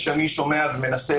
שפגיעה בזכויות מוגנות צריכה